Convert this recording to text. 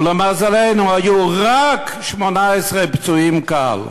ולמזלנו היו "רק" 18 פצועים קל.